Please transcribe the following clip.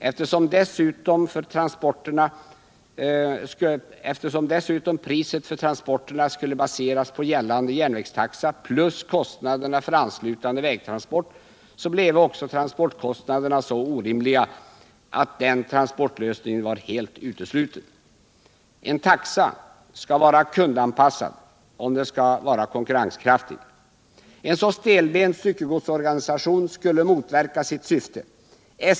Eftersom dessutom priset för transporterna skulle baseras på gällande järnvägstaxa plus kostnaderna för anslutande vägtransport bleve också transportkostnaderna så orimliga att den transportlösningen vore utesluten. En taxa skall vara kundanpassad om den skall vara konkurrenskraftig. En så stelbent styckegodsorganisation skulle motverka sitt syfte.